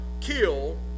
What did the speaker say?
kill